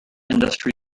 industry